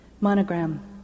Monogram